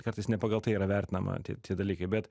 kartais ne pagal tai yra vertinama tie tie dalykai bet